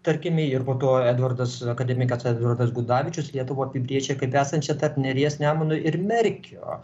tarkime ir po to edvardas akademikas edvardas gudavičius lietuvą apibrėžė kaip esančią tarp neries nemuno ir merkio